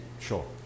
Sure